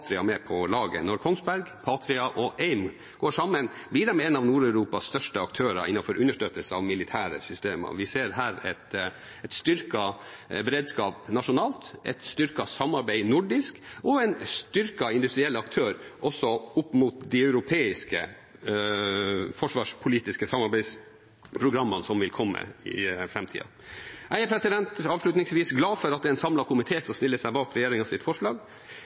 med på laget. Når Kongsberg, Patria og AIM går sammen, blir de en av Nord-Europas største aktører innenfor understøttelse av militære systemer. Vi ser her en styrket beredskap nasjonalt, et styrket nordisk samarbeid og en styrket industriell aktør opp mot de europeiske forsvarspolitiske samarbeidsprogrammene som vil komme i framtida. Avslutningsvis: Jeg er glad for at det er en samlet komité som stiller seg bak regjeringens forslag.